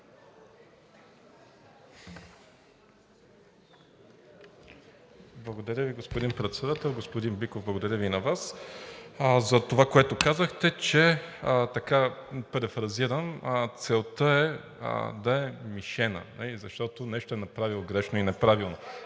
Благодаря Ви, господин Председател. Господин Биков, благодаря Ви и на Вас за това, което казахте, перифразирам: целта е да е мишена, не и защото нещо е направил грешно и неправилно.